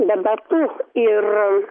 debetu ir